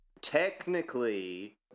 Technically